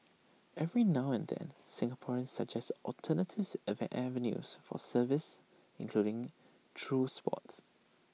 every now and then Singaporeans suggest avenues for service including through sports